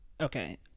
Okay